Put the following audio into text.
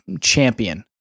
champion